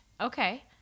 okay